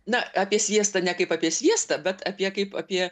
na apie sviestą ne kaip apie sviestą bet apie kaip apie